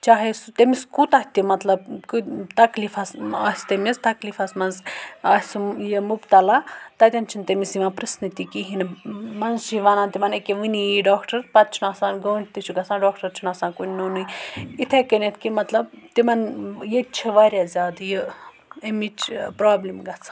چاہے سُہ تٔمِس کوٗتاہ تہِ مطلب تَکلیٖفَس آسہِ تٔمِس تَکلیٖفَس منٛز آسہِ سُہ یہِ مُبٚتَلا تَتؠن چھُنہٕ تٔمِس یِوان پٕرٔژھنہٕ تہِ کِہیٖنۍ نہٕ منٛز چھِ یہِ وَنان تِمَن أکِیاہ وٕنی ییِہ ڈاکٹر پَتہٕ چھُنہٕ آسان گٲنٛٹہِ تہِ چھُ گژھان ڈاکٹر چھُنہٕ آسان کُنہِ نوٚونٕے اِتھےٚ کٔنؠتھ کہِ مطلب تِمَن ییٚتہِ چھِ واریاہ زیادٕ یہِ اَمِچ پرابلِم گَژھان